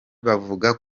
buvuga